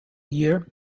year